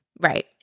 Right